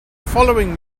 following